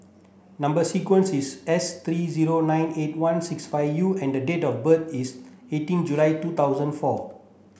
number sequence is S three zero nine eight one six five U and date of birth is eighteen July two thousand four